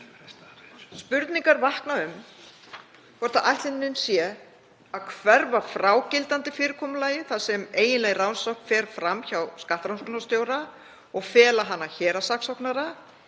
Spurningar vakna um hvort ætlunin sé að hverfa frá gildandi fyrirkomulagi þar sem eiginleg rannsókn fer fram hjá skattrannsóknarstjóra og fela hana héraðssaksóknara